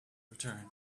return